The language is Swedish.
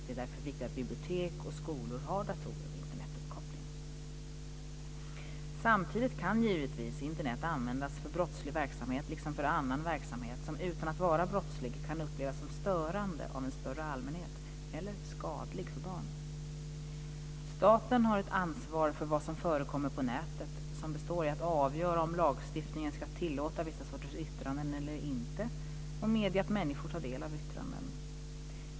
Det är därför viktigt att bibliotek och skolor har datorer med Samtidigt kan givetvis Internet användas för brottslig verksamhet liksom för annan verksamhet som utan att vara brottslig kan upplevas som stötande av en större allmänhet eller skadlig för barn. Staten har ett ansvar för vad som förekommer på nätet som består i att avgöra om lagstiftningen ska tillåta vissa sorters yttranden eller inte och medge att människor tar del av yttranden.